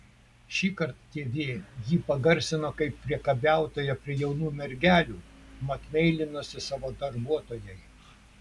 šįkart tv jį pagarsino kaip priekabiautoją prie jaunų mergelių mat meilinosi savo darbuotojai